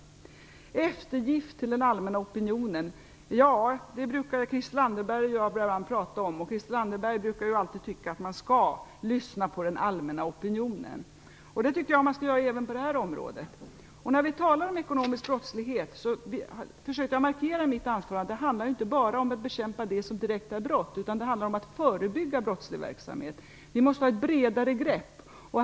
Christel Anderberg och jag brukar tala om eftergifter till den allmänna opinionen. Christel Anderberg anser att man skall lyssna på den allmänna opinionen. Det skall man göra även på det här området. Jag försökte att markera i mitt anförande att ekonomisk brottslighet inte bara handlar om bekämpa det som direkt är brott utan det handlar också om att förebygga brottslig verksamhet. Vi måste ta ett bredare grepp.